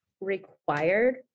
required